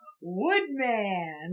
Woodman